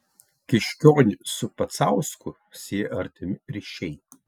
kiškionį su pacausku sieja artimi ryšiai